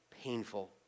painful